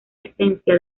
esencia